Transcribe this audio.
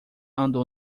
andou